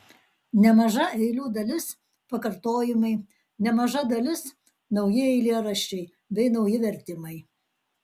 nemaža eilių dalis pakartojimai nemaža dalis nauji eilėraščiai bei nauji vertimai